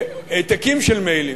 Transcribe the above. העתקים של מיילים,